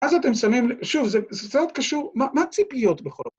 אז אתם שמים, שוב, זה קצת קשור, מה הציפיות בכל זאת?